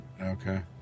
Okay